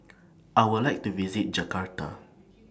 I Would like to visit Jakarta